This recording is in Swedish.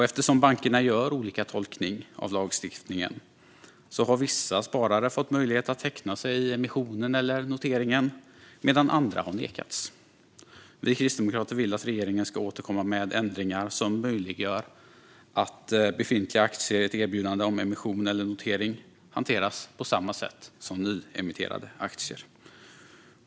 Eftersom bankerna gör olika tolkningar av lagstiftningen har vissa sparare fått möjlighet att teckna sig för emissionen eller noteringen, medan andra har nekats. Vi kristdemokrater vill att regeringen ska återkomma med ändringar som möjliggör att befintliga aktier i ett erbjudande om emission eller notering hanteras på samma sätt som nyemitterade aktier.